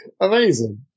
amazing